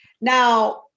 Now